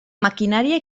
maquinària